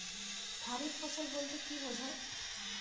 খারিফ ফসল বলতে কী বোঝায়?